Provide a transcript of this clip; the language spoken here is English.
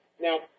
Now